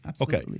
Okay